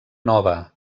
nova